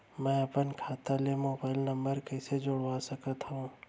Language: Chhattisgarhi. मैं अपन खाता ले मोबाइल नम्बर कइसे जोड़वा सकत हव?